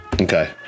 Okay